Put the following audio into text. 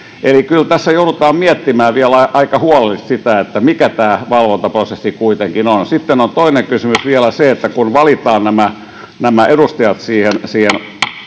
Eli kyllä tässä joudutaan miettimään vielä aika huolellisesti sitä, mikä tämä valvontaprosessi kuitenkin on. Sitten on toinen kysymys vielä se, että kun valitaan nämä edustajat siihen